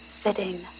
fitting